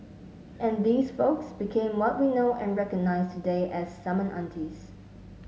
and these folks became what we know and recognise today as summon aunties